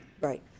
Right